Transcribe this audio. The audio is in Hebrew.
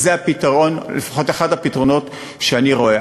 זה הפתרון, לפחות אחד הפתרונות שאני רואה.